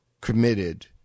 committed